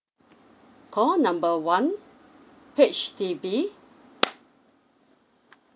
call number one H_D_B